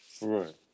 Right